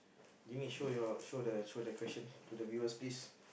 give me show you all show the show the questions to the viewers please